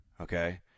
okay